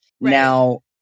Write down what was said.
Now